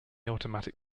automatic